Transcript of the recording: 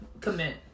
commit